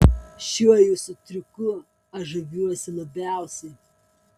šiuo jūsų triuku aš žaviuosi labiausiai